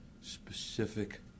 specific